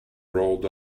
rolled